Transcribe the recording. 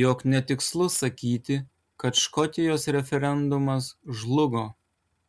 jog netikslu sakyti kad škotijos referendumas žlugo